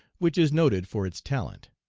which is noted for its talent.